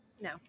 No